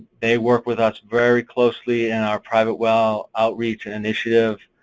they work with us very closely in our private well outreach and initiative.